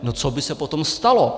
No co by se potom stalo?